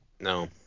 no